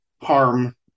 harm